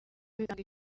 bitanga